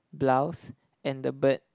blouse and the bird